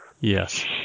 yes